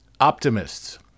optimists